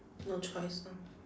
no choice lor